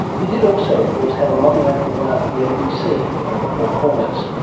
he did also of course have a monumental row with the abc over four corners.